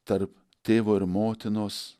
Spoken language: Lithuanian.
tarp tėvo ir motinos